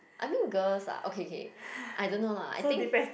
I mean girls lah okay okay I don't know lah I think